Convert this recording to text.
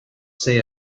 say